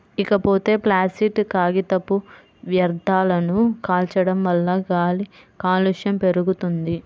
ఇకపోతే ప్లాసిట్ కాగితపు వ్యర్థాలను కాల్చడం వల్ల గాలి కాలుష్యం పెరుగుద్ది